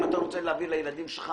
אם אתה רוצה להביא לילדים שלך